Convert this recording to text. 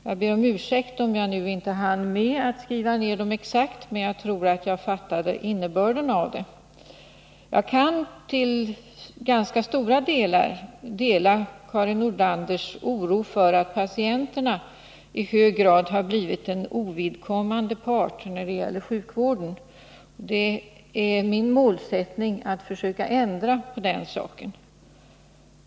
Jag ber om ursäkt om jag inte hann med att skriva ner dem exakt, men jag tror att jag fattade innebörden av dem. Till ganska stor del kan jag instämma i Karin Nordlanders oro för att patienterna i hög grad blivit en ovidkommande part när det gäller sjukvården. Det är min målsättning att försöka ändra på detta.